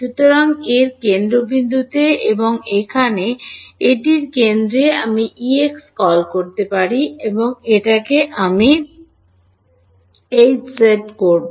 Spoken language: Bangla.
সুতরাং এ এর কেন্দ্রবিন্দুতে এবং এখানে এটির কেন্দ্রে আমি প্রাক্তনকে কল করতে পারি এবং এখানে আমি হ্জেডজি করব